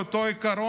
על אותו עיקרון,